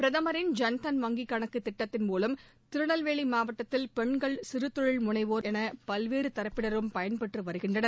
பிரதமரின் ஜன்தன் வங்கிக் கணக்கு திட்டத்தின் மூலம் திருநெல்வேலி மாவட்டத்தில் பெண்கள் சிறுதொழில் முனைவோர் என பல்வேறு தரப்பினரும் பயன்பெற்று வருகின்றனர்